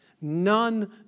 None